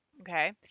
Okay